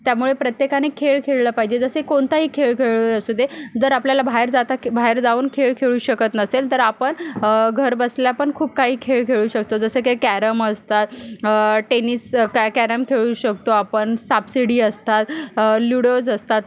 त्यामुळे प्रत्येकाने खेळ खेळला पाहिजे जसे कोणताही खेळ खेळ असू दे जर आपल्याला बाहेर जाता क बायेर जाऊन खेळ खेळू शकत नसेल तर आपण घरबसल्या पण खूप काही खेळ खेळू शकतो जसे की कॅरम असतात टेनिस कॅ कॅरम खेळू शकतो आपण सापशिडी असतात ल्युडोज असतात